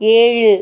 ஏழு